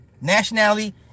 Nationality